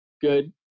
good